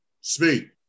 speak